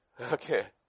Okay